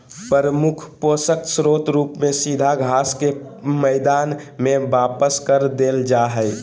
प्रमुख पोषक स्रोत रूप में सीधा घास के मैदान में वापस कर देल जा हइ